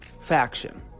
faction